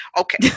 Okay